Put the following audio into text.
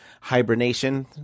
hibernation